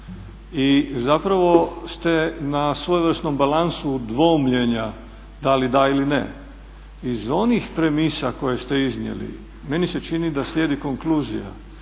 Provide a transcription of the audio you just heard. i zapravo ste na svojevrsnom balansu dvoumljenja da li da ili ne. Iz onih premisa koje ste iznijeli meni se čini da konkluzija